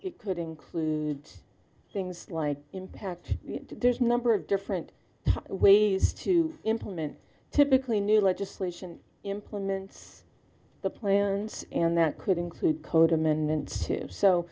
it could include things like impact there's number of different ways to implement typically new legislation implements the plans and that could include code amendments to so